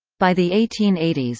by the eighteen eighty s,